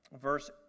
verse